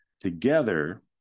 Together